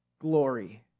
glory